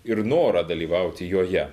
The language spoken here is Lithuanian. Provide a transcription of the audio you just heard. ir norą dalyvauti joje